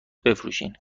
بفروشین